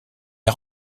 est